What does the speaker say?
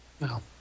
No